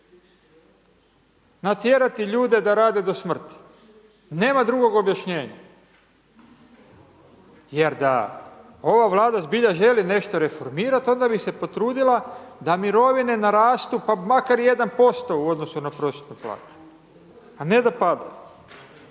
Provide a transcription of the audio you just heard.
natjerati ljude da rade do smrti, nema drugog objašnjenja. Jer da ova Vlada zbilja želi nešto reformirati onda bi se potrudila da mirovine narastu pa makar i 1% u odnosu na prosječnu plaću a ne da pada.